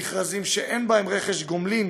מכרזים שאין בהם רכש גומלין